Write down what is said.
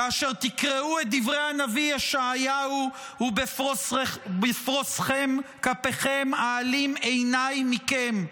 כאשר תקראו את דברי הנביא ישעיהו: "ובפרשכם כפיכם אעלים עיני מכם,